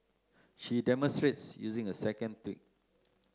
she demonstrates using a second tweet